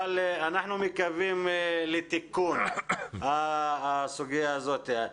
אבל אנחנו מקווים לתיקון בסוגיה הזאת.